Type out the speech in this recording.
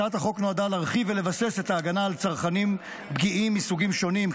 הצעת החוק נועדה להרחיב ולבסס את ההגנה על צרכנים פגיעים מסוגים שונים,